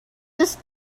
this